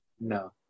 No